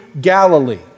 Galilee